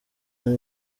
hano